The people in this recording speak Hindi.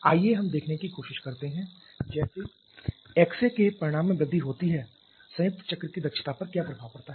आइए हम देखने की कोशिश करते हैं जैसे xA के परिमाण में वृद्धि होती है संयुक्त चक्र की दक्षता पर क्या प्रभाव पड़ता है